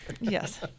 Yes